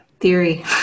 theory